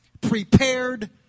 prepared